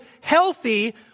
healthy